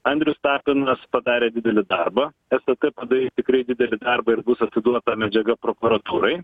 andrius tapinas padarė didelį darbą stt padarys tikrai didelį darbą ir bus atiduota medžiaga prokuratūrai